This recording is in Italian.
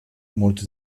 molte